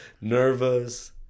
nervous